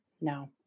No